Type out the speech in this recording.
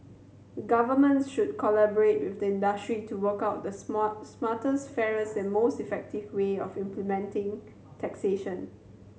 governments should collaborate with the industry to work out the small smartest fairest and most effective way of implementing taxation